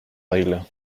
règle